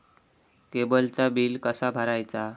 केबलचा बिल कसा भरायचा?